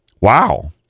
wow